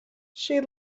she